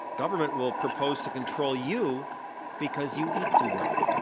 government will propose to control you because you eat too much.